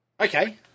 Okay